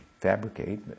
fabricate